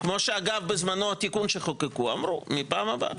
כמו שאגב בזמנו התיקון שחוקקו אמרו: מהפעם הבאה.